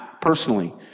personally